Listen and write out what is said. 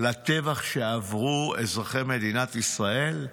לטבח שעברו אזרחי מדינת ישראל?